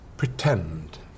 Pretend